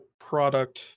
product